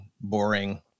boring